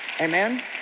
Amen